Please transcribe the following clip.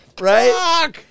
Right